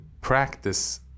practice